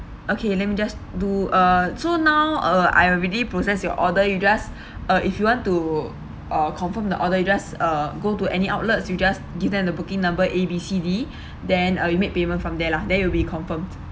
okay let me just do uh so now uh I already process your order you just uh if you want to uh confirm the order you just uh go to any outlets you just give them the booking number A B C D then uh you make payment from there lah then it will be confirmed